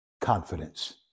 confidence